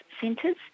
centres